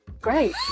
great